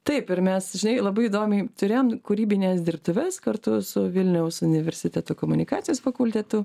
taip ir mes žinai labai įdomiai turėjom kūrybines dirbtuves kartu su vilniaus universiteto komunikacijos fakultetu